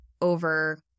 over